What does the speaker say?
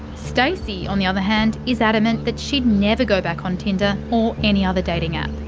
stacey on the other hand, is adamant that she'd never go back on tinder or any other dating app.